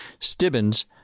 Stibbins